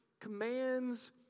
Commands